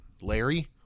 Larry